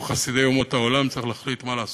או לחסידי אומות העולם, צריך להחליט מה לעשות,